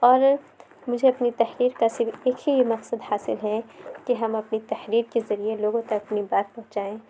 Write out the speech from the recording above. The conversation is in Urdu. اور مجھے اپنی تحریر کیسی دکھی یہ مقصد حاصل ہے کہ ہم اپنی تحریر کے ذریعہ لوگوں تک اپنی بات پہنچائیں